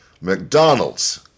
McDonald's